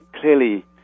clearly